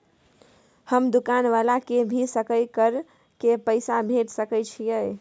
हम दुकान वाला के भी सकय कर के पैसा भेज सके छीयै?